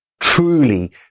truly